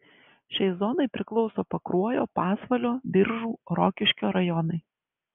šiai zonai priklauso pakruojo pasvalio biržų rokiškio rajonai